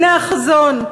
הנה החזון,